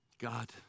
God